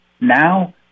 Now